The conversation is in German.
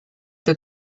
der